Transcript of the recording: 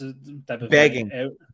Begging